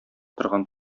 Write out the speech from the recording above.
торган